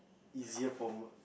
easier from work